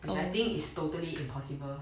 which I think it's totally impossible